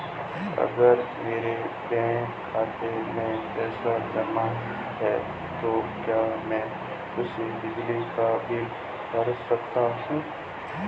अगर मेरे बैंक खाते में पैसे जमा है तो क्या मैं उसे बिजली का बिल भर सकता हूं?